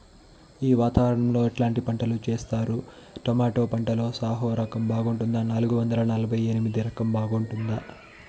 ఈ వాతావరణం లో ఎట్లాంటి పంటలు చేస్తారు? టొమాటో పంటలో సాహో రకం బాగుంటుందా నాలుగు వందల నలభై ఎనిమిది రకం బాగుంటుందా?